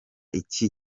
iki